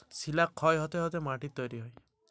শিলা থেকে মাটি কিভাবে তৈরী হয়?